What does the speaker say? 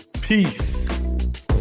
Peace